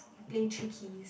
play three keys